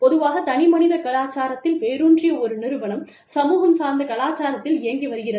பொதுவாகத் தனிமனித கலாச்சாரத்தில் வேரூன்றிய ஒரு நிறுவனம் சமூகம் சார்ந்த கலாச்சாரத்தில் இயங்கி வருகிறது